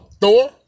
Thor